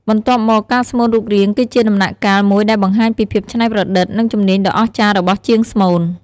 បន្ទាប់មក ការស្មូនរូបរាងគឺជាដំណាក់កាលមួយដែលបង្ហាញពីភាពច្នៃប្រឌិត និងជំនាញដ៏អស្ចារ្យរបស់ជាងស្មូន។